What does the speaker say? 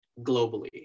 globally